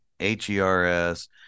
H-E-R-S